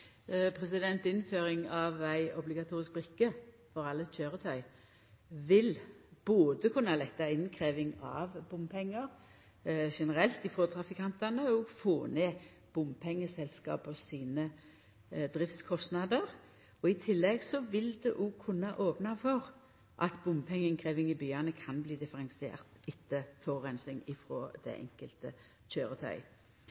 Innføring av ei obligatorisk brikke for alle køyretøy vil både kunna letta innkrevjinga av bompengar frå trafikantane og få ned bompengeselskapa sine driftskostnader. I tillegg vil det òg kunna opna for at bompengeinnkrevjing i byane kan bli differensiert ut ifrå